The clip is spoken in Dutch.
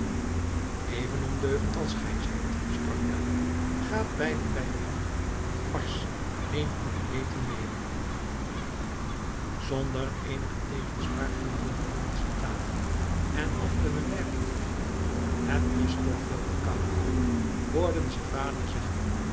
even ondeugend als gij zijt sprak tell gaat beiden bij de honden marsch neemt uw eten mede zonder eenige tegenspraak verlieten de jongens de tafel en op de bemerking van moeder het is er toch veel te koud willem hoorden ze vader zeggen